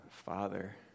Father